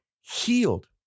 healed